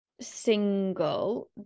single